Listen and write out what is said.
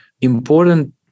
Important